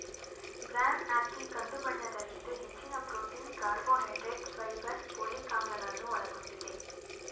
bran ಅಕ್ಕಿ ಕಂದು ಬಣ್ಣದಲ್ಲಿದ್ದು ಹೆಚ್ಚಿನ ಪ್ರೊಟೀನ್, ಕಾರ್ಬೋಹೈಡ್ರೇಟ್ಸ್, ಫೈಬರ್, ಪೋಲಿಕ್ ಆಮ್ಲಗಳನ್ನು ಒಳಗೊಂಡಿದೆ